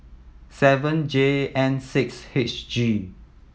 seven J N six H G